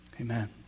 Amen